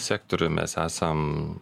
sektoriuj mes esam